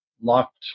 locked